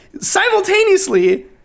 simultaneously